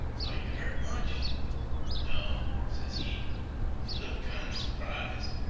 are yeh hurt much no, ses he he looked kinder surprised,